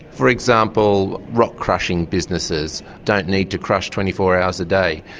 for example, rock crushing businesses don't need to crush twenty four hours a day.